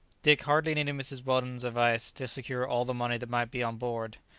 dick hardly needed mrs. weldon's advice to secure all the money that might be on board,